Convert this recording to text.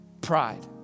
Pride